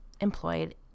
employed